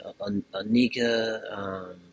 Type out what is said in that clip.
Anika